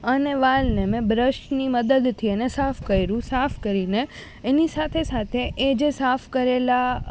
અને વાલને મેં બ્રશની મદદથી એને સાફ કર્યું સાફ કરીને એની સાથે સાથે એ જે સાફ કરેલા